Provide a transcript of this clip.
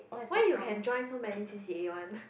why you can join so many c_c_a one